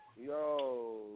Yo